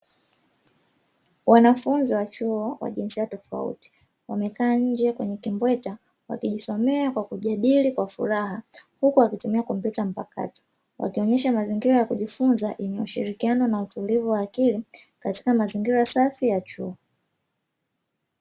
Wanafunzi wa chuo wa jinsia tofauti, wamekaa nje kwenye kimbweta wakijisomea kwa kujadili kwa furaha, huku wakitumia kompyuta mpakato wakionyesha mazingira ya kujifunza yenye ushirikiano na utulivu wa akili katika mazingira safi ya chuo.